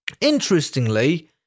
Interestingly